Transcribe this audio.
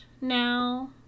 now